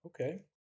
Okay